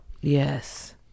Yes